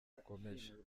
akomeje